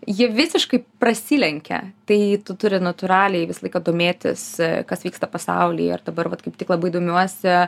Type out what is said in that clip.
ji visiškai prasilenkia tai tu turi natūraliai visą laiką domėtis kas vyksta pasaulyje ir dabar vat kaip tik labai domiuosi